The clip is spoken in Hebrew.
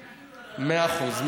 אני אעביר, מאה אחוז.